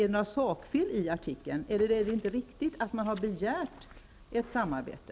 Är det inte riktigt att man har begärt ett samarbete?